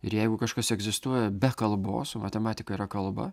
ir jeigu kažkas egzistuoja be kalbos o matematika yra kalba